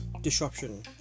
disruption